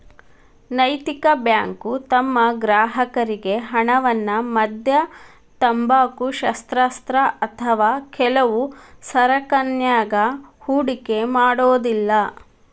ನೈತಿಕ ಬ್ಯಾಂಕು ತಮ್ಮ ಗ್ರಾಹಕರ್ರಿಗೆ ಹಣವನ್ನ ಮದ್ಯ, ತಂಬಾಕು, ಶಸ್ತ್ರಾಸ್ತ್ರ ಅಥವಾ ಕೆಲವು ಸರಕನ್ಯಾಗ ಹೂಡಿಕೆ ಮಾಡೊದಿಲ್ಲಾ